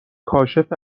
کاشف